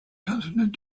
consonant